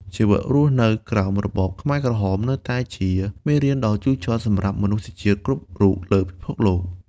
ជីវិតរស់នៅក្រោមរបបខ្មែរក្រហម នៅតែជាមេរៀនដ៏ជូរចត់សម្រាប់មនុស្សជាតិគ្រប់រូបលើពិភពលោក។